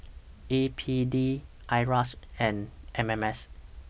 A P D IRAS and M M S